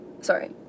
sorry